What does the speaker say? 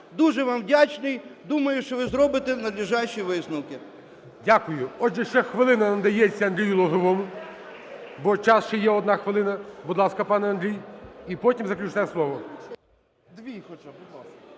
Дуже вам вдячний. Думаю, що ви зробите надлєжащі висновки. ГОЛОВУЮЧИЙ. Дякую. Отже, ще хвилина надається Андрію Лозовому, бо час ще є, 1 хвилина. Будь ласка, пане Андрій. І потім заключне слово.